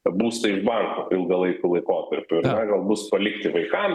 būstą iš banko ilgalaikiu laikotarpiu ir ką gal bus palikti vaikam